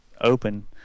open